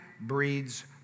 breeds